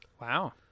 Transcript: Wow